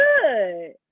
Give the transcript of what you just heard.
good